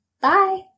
bye